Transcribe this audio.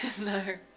No